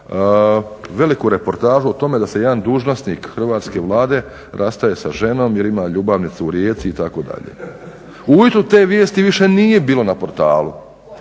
veliku reportažu o tome da se jedan dužnosnik hrvatske Vlade rastaje sa ženom jer ima ljubavnicu u Rijeci itd. Ujutro te vijesti više nije bilo na portalu,